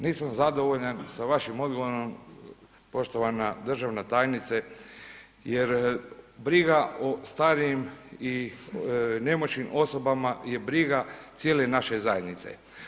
Nisam zadovoljan sa vašim odgovorom poštovana državna tajnice jer briga o starijim i nemoćnim osobama je briga cijele naše zajednice.